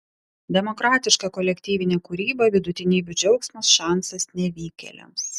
demokratiška kolektyvinė kūryba vidutinybių džiaugsmas šansas nevykėliams